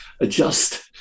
adjust